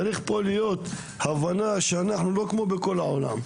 צריכה להיות כאן הבנה שאנחנו לא כמו בכל העולם.